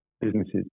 businesses